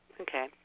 Okay